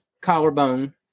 collarbone